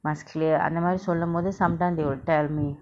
must clear அந்தமாரி சொல்லுபோது:andthamari sollupothu sometime they will tell me